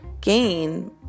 gain